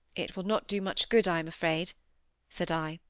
it will not do much good, i am afraid said i,